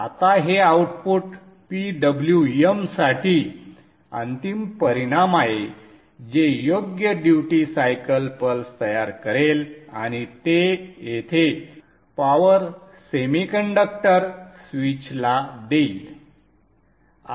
आता हे output PWM साठी अंतिम परिणाम आहे जे योग्य ड्यूटी सायकल पल्स तयार करेल आणि ते येथे पॉवर सेमीकंडक्टर स्विचला देईल